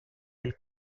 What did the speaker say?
del